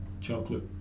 Chocolate